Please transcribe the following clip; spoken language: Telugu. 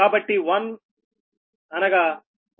కాబట్టి 1Sload3∅MAV base